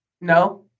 No